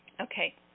Okay